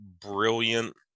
brilliant